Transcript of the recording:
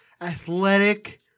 athletic